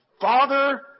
Father